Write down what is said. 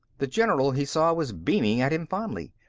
the general, he saw, was beaming at him fondly.